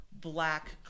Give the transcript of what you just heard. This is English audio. black